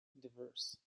diverse